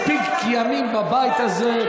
אני מספיק ימים בבית הזה,